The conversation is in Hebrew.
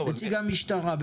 נציג המשטרה בבקשה.